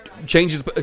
Changes